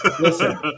listen